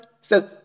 says